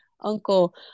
uncle